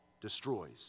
destroys